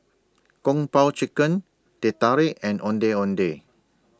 Kung Po Chicken Teh Tarik and Ondeh Ondeh